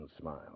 smiled